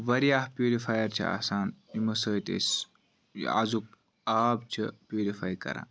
واریاہ پیورِفایَر چھِ آسان یِمو سۭتۍ أسۍ أزیُک آب چھِ پیورِفاے کَران